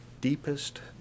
deepest